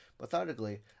methodically